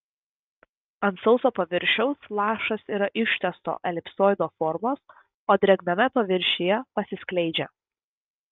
ant sauso paviršiaus lašas yra ištęsto elipsoido formos o drėgname paviršiuje pasiskleidžia